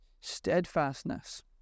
steadfastness